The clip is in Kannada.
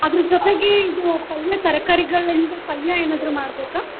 ಅದರ ಜೊತೆಗೆ ಇದು ಪಲ್ಯ ತರಕಾರಿಗಳಿಂದ ಪಲ್ಯ ಏನಾದರೂ ಮಾಡಬೇಕಾ